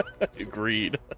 agreed